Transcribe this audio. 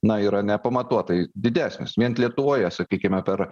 na yra nepamatuotai didesnis vien lietuvoje sakykime per